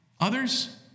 Others